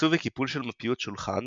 עיצוב וקיפול של מפיות שולחן,